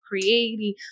creating